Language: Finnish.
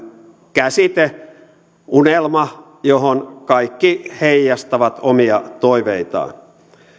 käsite unelma johon kaikki heijastavat omia toiveitaan